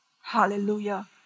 Hallelujah